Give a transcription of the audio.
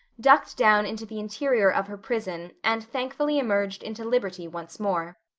ducked down into the interior of her prison and thankfully emerged into liberty once more.